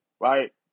right